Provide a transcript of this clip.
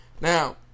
Now